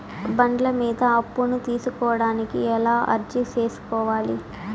బండ్ల మీద అప్పును తీసుకోడానికి ఎలా అర్జీ సేసుకోవాలి?